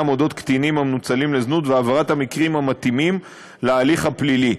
על קטינים המנוצלים בזנות ובהעברת המקרים המתאימים להליך הפלילי.